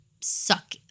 suck